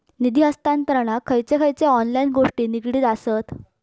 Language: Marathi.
निधी हस्तांतरणाक खयचे खयचे ऑनलाइन गोष्टी निगडीत आसत?